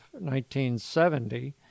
1970